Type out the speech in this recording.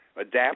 Adapt